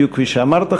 בדיוק כפי שאמרת,